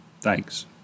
Thanks